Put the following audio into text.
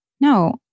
no